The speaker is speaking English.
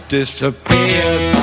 disappeared